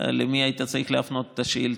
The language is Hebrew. למי היית צריך להפנות את השאילתה.